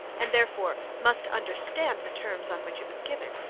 and, therefore, must understand the terms on which it was given,